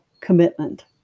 commitment